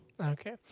Okay